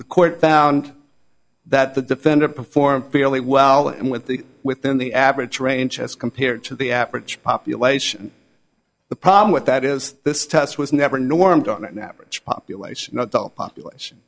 the court found that the defendant performed fairly well and with the within the average range as compared to the average population the problem with that is this test was never normed on an average population of the population